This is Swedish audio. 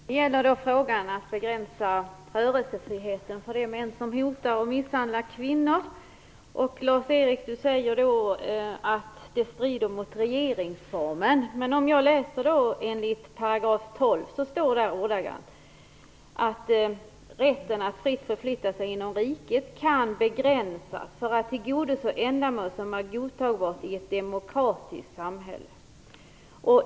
Herr talman! När det gäller att begränsa rörelsefriheten för de män som hotar och misshandlar kvinnor säger Lars-Erik Lövdén att det strider mot regeringsformen. Men i 12 § står det att rätten att fritt förflytta sig inom riket kan begränsas för att tillgodose ändamål som är godtagbart i ett demokratiskt samhälle.